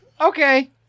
Okay